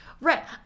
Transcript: Right